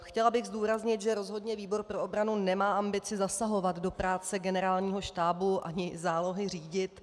Chtěla bych zdůraznit, že rozhodně výbor pro obranu nemá ambici zasahovat do práce Generálního štábu ani zálohy řídit.